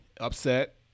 upset